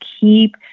keep